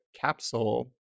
capsule